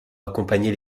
accompagner